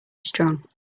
strong